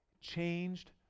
changed